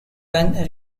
when